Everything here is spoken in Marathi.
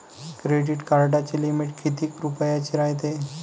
क्रेडिट कार्डाची लिमिट कितीक रुपयाची रायते?